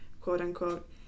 quote-unquote